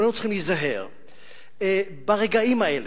וכולנו צריכים להיזהר ברגעים האלה,